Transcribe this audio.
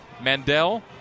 Mandel